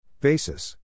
Basis